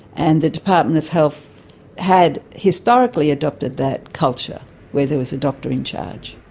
and the department of health had historically adopted that culture where there was a doctor in charge.